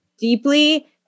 Deeply